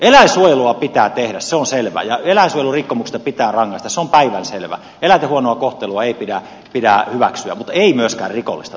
eläinsuojelua pitää tehdas on selvä ja eläinsuojelurikkomukset pitää rangaistus on päivänselvä eläinten huono kohtelu ei pidä pitää hyväksyä niin myös rikollista